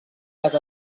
les